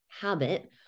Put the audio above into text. habit